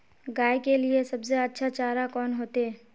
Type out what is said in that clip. गाय के लिए सबसे अच्छा चारा कौन होते?